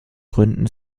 gründen